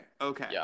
Okay